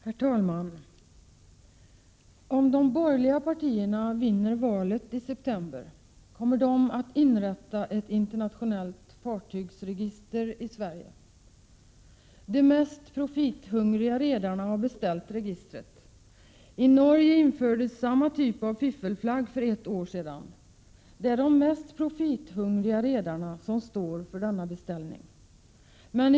Herr talman! Om de borgerliga partierna vinner valet i september kommer de att inrätta ett internationellt fartygsregister i Sverige. De mest profithungriga redarna har beställt registret. I Norge infördes samma typ av fiffelflagg för ett år sedan. Det är de mest profithungriga redarna som står för beställningen.